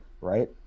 Right